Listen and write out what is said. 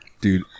Dude